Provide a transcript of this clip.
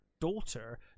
daughter